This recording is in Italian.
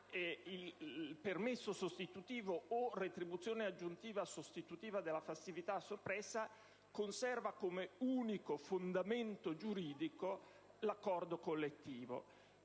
Il permesso sostitutivo, retribuzione aggiuntiva sostitutiva della festività soppressa, conserva dunque come unico fondamento giuridico l'accordo collettivo.